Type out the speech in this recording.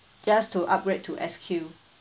just to upgrade to S_Q